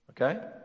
Okay